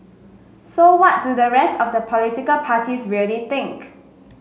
so what do the rest of the political parties really think